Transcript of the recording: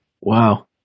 Wow